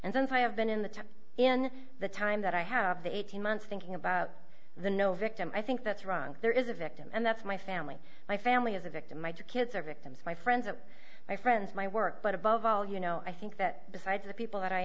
and since i have been in the top in the time that i have the eighteen months thinking about the no victim i think that's wrong there is a victim and that's my family my family is a victim i just kids are victims my friends of my friends my work but above all you know i think that the sides of people that i